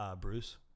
Bruce